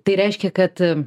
tai reiškia kad